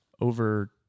over